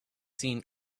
seen